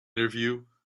interview